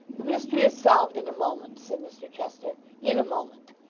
the mystery is solved in a moment said mr chester in a moment.